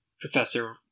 professor